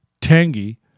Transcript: tangy